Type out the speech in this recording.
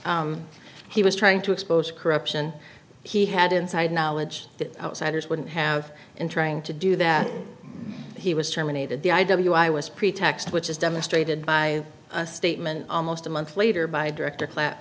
parcel he was trying to expose corruption he had inside knowledge that outsiders wouldn't have in trying to do that he was terminated the i w i was pretext which is demonstrated by a statement almost a month later by director clap